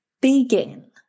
begin